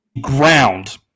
ground